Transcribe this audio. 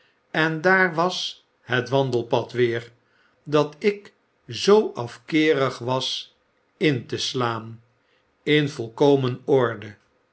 en daar was het wandelpad weer dat ik zoo afkeerig was in te si aan in volkomen orde